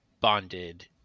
bonded